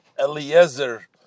Eliezer